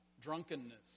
drunkenness